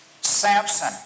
Samson